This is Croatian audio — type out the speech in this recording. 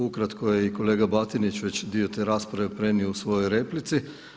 Ukratko je i kolega Batinić već dio te rasprave prenio u svojoj replici.